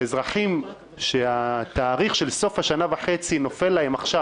אזרחים שהתאריך של סוף השנה וחצי נופל להם עכשיו,